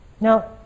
now